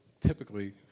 typically